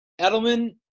Edelman